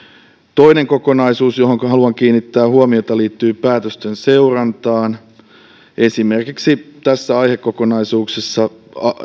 toinen kokonaisuus johonka haluan kiinnittää huomiota liittyy päätösten seurantaan esimerkiksi tässä aihekokonaisuudessa